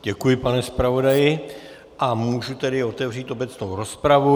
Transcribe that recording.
Děkuji, pane zpravodaji, a můžu tedy otevřít obecnou rozpravu.